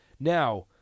Now